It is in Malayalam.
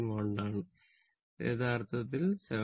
1 ആണ് അത് യഥാർത്ഥത്തിൽ 7